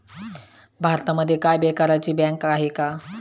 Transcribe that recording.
भारतामध्ये काय बेकारांची बँक आहे का?